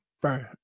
bro